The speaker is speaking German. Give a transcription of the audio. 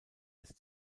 des